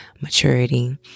maturity